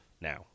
now